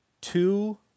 two